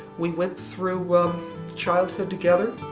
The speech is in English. we went through childhood together